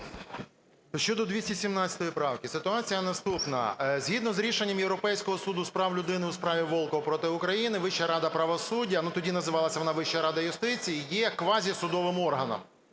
Щодо 218 правки ситуація наступна. Згідно з рішенням Європейського Суду з прав людини у справі "Волков проти України" Вища рада правосуддя, тоді називалася вона Вища рада юстиції, є квазісудовим органом,